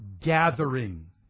gathering